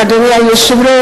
אדוני היושב-ראש,